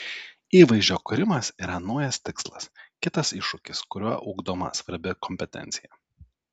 įvaizdžio kūrimas yra naujas tikslas kitas iššūkis kuriuo ugdoma svarbi kompetencija